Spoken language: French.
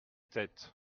têtes